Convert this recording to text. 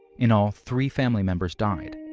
in all, three family members died,